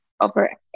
over